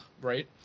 right